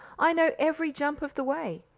i know every jump of the way.